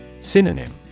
Synonym